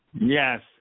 Yes